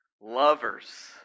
lovers